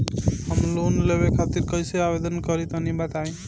हम लोन लेवे खातिर कइसे आवेदन करी तनि बताईं?